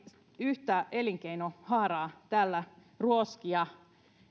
yhtä elinkeinohaaraa täällä ruoskia